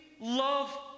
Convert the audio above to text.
love